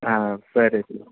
ಹಾಂ ಸರಿ